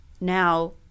now